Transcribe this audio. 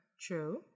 True